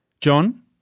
John